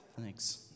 Thanks